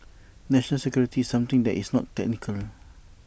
national security is something that is not technical